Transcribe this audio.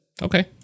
Okay